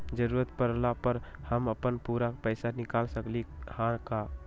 जरूरत परला पर हम अपन पूरा पैसा निकाल सकली ह का?